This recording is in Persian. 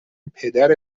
پدر